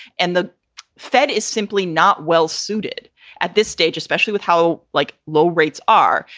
and the fed is simply not well suited at this stage, especially with how like low rates are.